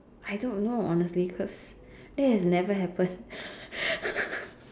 I don't know honestly cause that has never happened